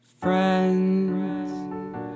friends